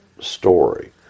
story